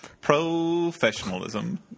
Professionalism